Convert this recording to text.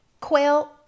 quail